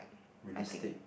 realistic